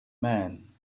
man